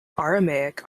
aramaic